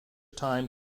time